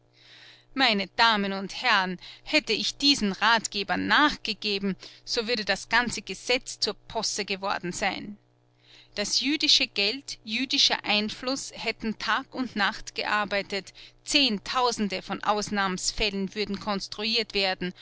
meine damen und herren hätte ich diesen ratgebern nachgegeben so würde das ganze gesetz zur posse geworden sein das jüdische geld jüdischer einfluß hätten tag und nacht gearbeitet zehntausende von ausnahmsfällen würden konstruiert werden